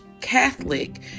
Catholic